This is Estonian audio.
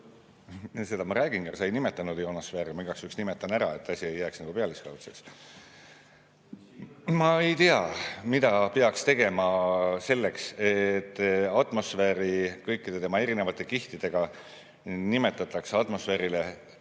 Seda ma räägingi, aga sa ei nimetanud ionosfääri, ma igaks juhuks nimetan ära, et asi ei jääks nagu pealiskaudseks. Ma ei tea, mida peaks tegema selleks, et atmosfääri kõikide tema erinevate kihtidega nimetataks atmosfäärile